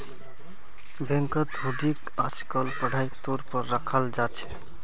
बैंकत हुंडीक आजकल पढ़ाई तौर पर रखाल जा छे